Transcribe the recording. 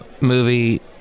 movie